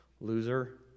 loser